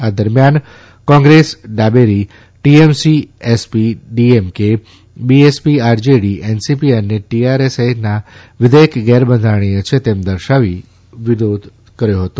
આ દરમિયાન કોંગ્રેસ ડાબેરી TMC SP DMK BSP RJD NCP અને ટીઆરએસએ આ વિધેયક ગેરબંધારણીય છે તેમ જણાવી વિરોધ કર્યો હતો